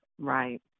Right